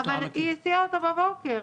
אבל היא הסיעה את הילד בבוקר.